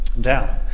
down